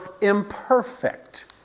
imperfect